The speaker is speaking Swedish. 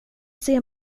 ser